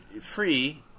Free